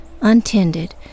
Untended